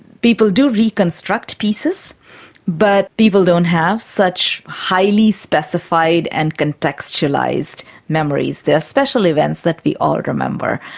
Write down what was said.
people do reconstruct pieces but people don't have such highly specified and contextualised memories, there are special events that we all remember.